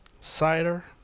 Cider